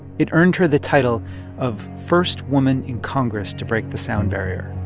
it earned her the title of first woman in congress to break the sound barrier.